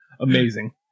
Amazing